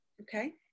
okay